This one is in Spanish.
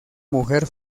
mujer